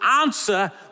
answer